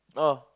oh